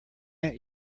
aunt